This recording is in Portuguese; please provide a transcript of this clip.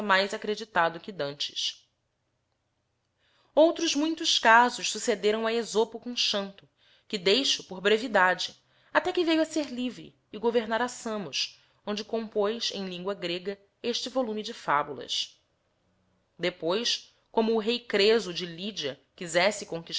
mais acreditado que d'anies outros muitos casos succedrão a esopo com xanto que deixo por brevidade até que veio a ser livre e governar a samos onde compoz em lingua grega este volume de fabulas depois coíiio o ilei creso de lydia quizesse